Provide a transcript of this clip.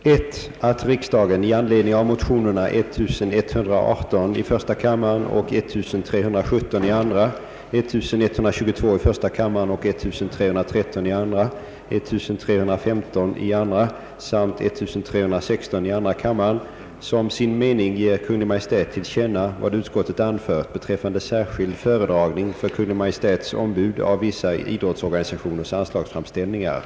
Herr talman! Beträffande punkten 15 i utskottets hemställan yrkar jag bifall till motionerna 1: 1137 och 11: 1333 och beträffande punkten 21 till motionerna I: 1161 och II: 1361.